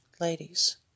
ladies